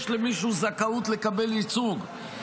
יש למישהו זכאות לקבל ייצוג,